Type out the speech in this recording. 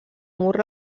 mur